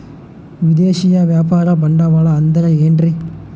ವಿದೇಶಿಯ ವ್ಯಾಪಾರ ಬಂಡವಾಳ ಅಂದರೆ ಏನ್ರಿ?